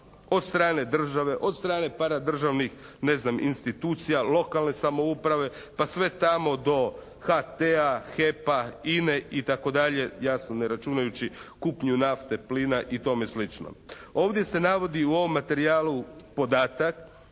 od strane države, od strane paradržavnih ne znam institucija, lokalne samouprave pa sve tamo do HT-a, HEP-a, Ine itd. jasno ne računajući kupnju nafte, plina i tome sl. Ovdje se navodi u ovom materijalu podatak